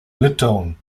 litauen